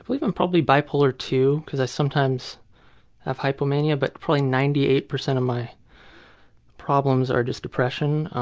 but even probably bipolar, too, because i sometimes have hypomania. but probably ninety eight percent of my problems are just depression.